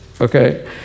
okay